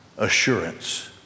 assurance